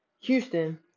Houston